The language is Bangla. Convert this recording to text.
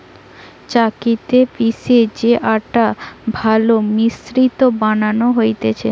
চাক্কিতে পিষে যে আটা ভালো মসৃণ বানানো হতিছে